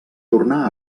tornà